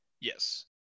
Yes